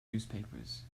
newspapers